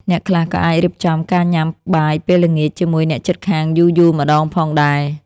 អ្នកខ្លះក៏អាចរៀបចំការញ៉ាំបាយពេលល្ងាចជាមួយអ្នកជិតខាងយូរៗម្ដងផងដែរ។